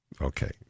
Okay